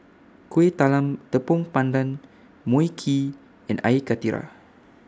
Kueh Talam Tepong Pandan Mui Kee and Air Karthira